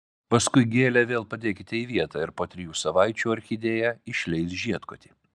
paskui gėlę vėl padėkite į vietą ir po trijų savaičių orchidėja išleis žiedkotį